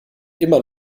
immer